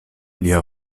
lia